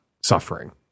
suffering